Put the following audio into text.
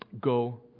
go